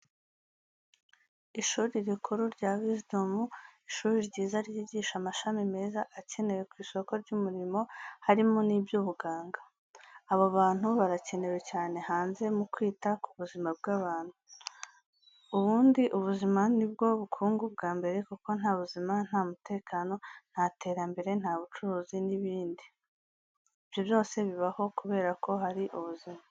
Ishuri rikuru rya Wizidomu, ishuri ryiza ryigisha amashami meza akenewe ku isoko ry'umurimo, harimo n'ibyubuganga. Abo bantu barakenewe cyane hanze mu kwita ku buzima bw'abantu. Ubundi ubuzima ni bwo bukungu bwa mbere kuko nta buzima nta mutekano, nta terambere, nta bucuruzi n'ibindi. Ibyo byose bibaho kubera ko hari ubuzima.